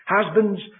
Husbands